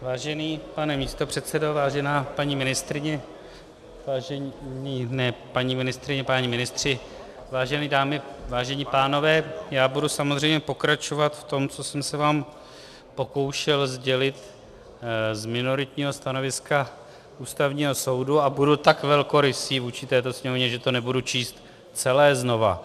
Vážený pane místopředsedo, vážená paní ministryně, vážení páni ministři, vážené dámy, vážení pánové, budu samozřejmě pokračovat v tom, co jsem se vám pokoušel sdělit z minoritního stanoviska Ústavního soudu, a budu tak velkorysý vůči této Sněmovně, že to nebudu číst znova celé.